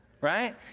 Right